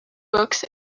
books